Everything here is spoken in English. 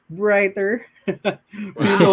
brighter